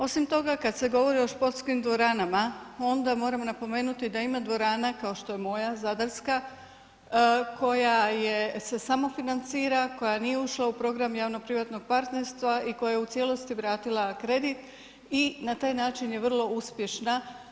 Osim toga kada se govori o sportskim dvoranama onda moramo napomenuti da ima dvorana kao što je moja zadarska koja se samofinancira, koja nije ušla u program javno privatnog partnerstva i koja je u cijelosti vratila kredit i na taj način je vrlo uspješna.